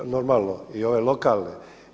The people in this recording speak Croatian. Normalno i ove lokalne.